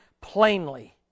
plainly